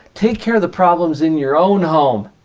take care of the problems in your own home.